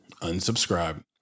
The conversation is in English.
unsubscribe